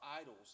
idols